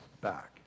back